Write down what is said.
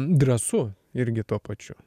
drąsu irgi tuo pačiu